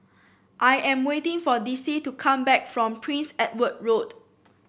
I am waiting for Dicie to come back from Prince Edward Road